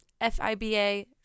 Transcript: FIBA